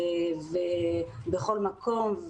בכל מקום,